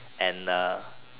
and uh